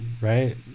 right